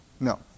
No